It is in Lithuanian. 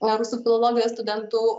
rusų filologijos studentų